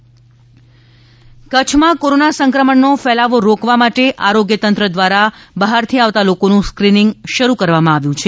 ક ચ્છમાં કોરોના નિયંત્રણ કચ્છમાં કોરોના સંક્રમણનો ફેલાવો રોકવા માટે આરોગ્ય તંત્ર દ્વારા બહારથી આવતા લોકોનું સ્ક્રિનિંગ શરૂ કરવામાં આવ્યું છે